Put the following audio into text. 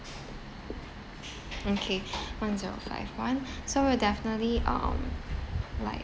and okay one zero five one so we definitely um like